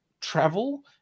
travel